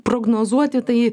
prognozuoti tai